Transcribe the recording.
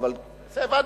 הבנתי.